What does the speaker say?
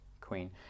queen